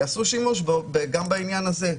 ויעשו שימוש גם בעניין הזה.